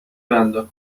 بنده